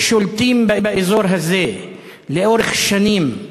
ששולטים באזור הזה לאורך שנים,